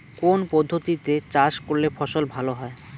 কোন পদ্ধতিতে চাষ করলে ফসল ভালো হয়?